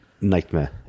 Nightmare